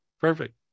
Perfect